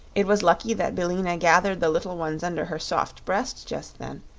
it was lucky that billina gathered the little ones under her soft breast just then,